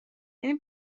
یعنی